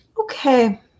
Okay